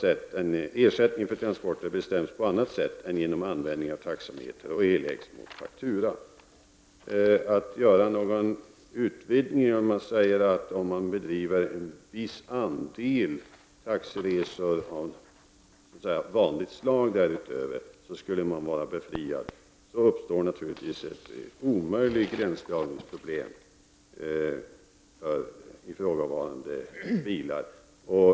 Ytterligare en dispensgrund är Om man gjorde en utvidgning och sade att om man kör en viss andel taxiresor av vanligt slag därutöver skulle man vara befriad, skulle det naturligtvis uppstå ett omöjligt gränsdragningsproblem för ifrågavarande bilar.